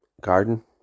garden